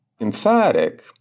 emphatic